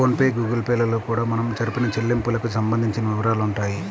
phone pay Google Pay లలో కూడా మనం జరిపిన చెల్లింపులకు సంబంధించిన వివరాలుంటాయి